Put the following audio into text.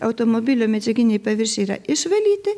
automobilio medžiaginiai paviršiai yra išvalyti